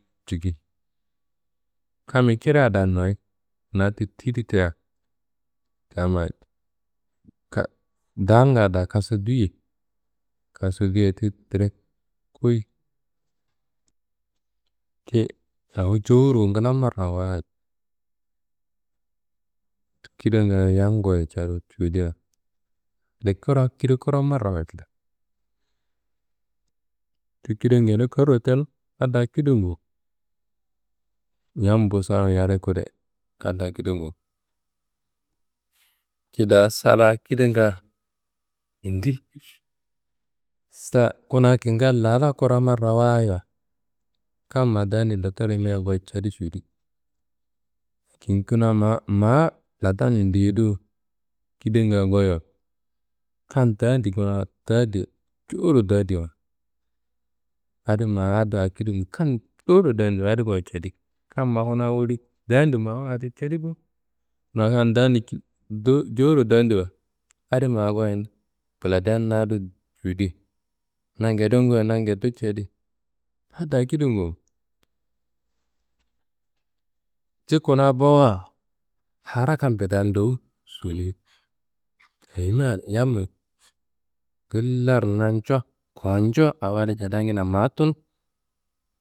Cikin. Kammiyi ciria da noyi na ti tidi tea yammayi daalnga da kassa duyei kasso ti direk koyi. Ti awo jowuro ngila marrawayit. Kidanga yam goyi cadu cudea kida kida kura marrawayit kida. Ti kida ngede karro tenu adi da kindangu, yam busawunu yade kude adi da kidangu. Ti da sala kidanga yindi. Sa kuna kingal lala kura marrawayiwa kam dandi doktoraro yimia goyi cadu cudi lakin kuna ma ma lantanin diye do kidanga goyo kam dandi kuna tadi jowuro dandiwa adi ma addo kirin kam jowuro dandiwo goyi cadi kam ma kuna woli dandi mawa cadi bo. Ma kam dandi jo- jowuro dandiwa adi ma goyini buladean na adiro cuwudi na ngeden goyi na ngeddo cadi adi da kidangu. Ti kuna bowowa hara kambe da ndowu soniyi ayimia yammiyi ngillaro nanco konjo cadangina ma tunu.